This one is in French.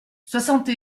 soixante